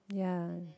ya